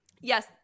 Yes